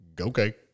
okay